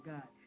God